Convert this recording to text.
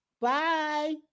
Bye